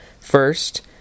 First